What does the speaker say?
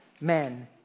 men